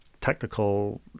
technical